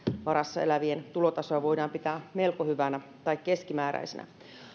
varassa elävien tulotasoa voidaan pitää melko hyvänä tai keskimääräisenä